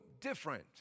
different